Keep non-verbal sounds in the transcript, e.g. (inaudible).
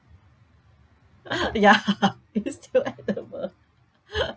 (laughs) ya (laughs) it's still edible